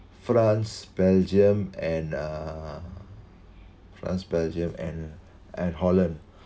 france belgium and uh france belgium and and holland